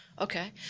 Okay